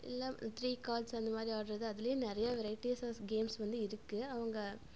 இல்லை three cards அந்தமாதிரி ஆடுறது அதுலேயே நிறையா வெரைட்டிஸஸ் கேம்ஸ் வந்து இருக்கு அவங்க